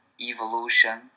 evolution